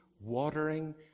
watering